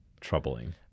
troubling